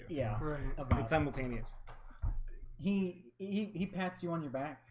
yeah um like simultaneous he he he pat's you on your back,